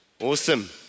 Awesome